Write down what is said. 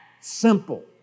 simple